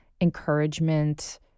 encouragement